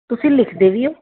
ਤੁਸੀਂ ਲਿਖਦੇ ਵੀ ਹੋ